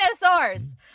Dinosaurs